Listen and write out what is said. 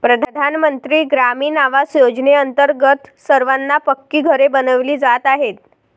प्रधानमंत्री ग्रामीण आवास योजनेअंतर्गत सर्वांना पक्की घरे बनविली जात आहेत